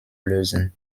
lösen